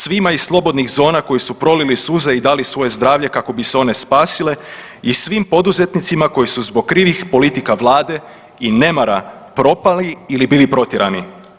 Svima iz slobodnih zona koji su prolili suze i dali svoje zdravlje kako bi se one spasile i svim poduzetnicima koji su zbog krivih politika Vlade i nemara propali ili bili protjerani.